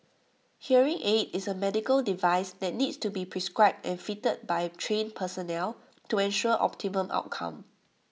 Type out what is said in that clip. hearing aid is A medical device that needs to be prescribed and fitted by trained personnel to ensure optimum outcome